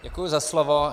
Děkuji za slovo.